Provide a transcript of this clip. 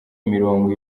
mirongo